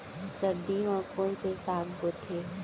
सर्दी मा कोन से साग बोथे?